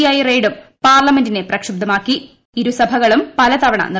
I റെയ്ഡും പാർലമെന്റിനെ പ്രക്ഷുബ്ധമാക്കി ഇരുസഭകളും പലതവണ നിർത്തി വച്ചു